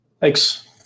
Thanks